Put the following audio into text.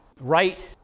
right